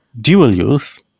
Dual-use